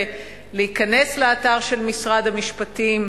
להיכנס לאתר של משרד המשפטים,